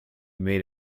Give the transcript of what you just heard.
made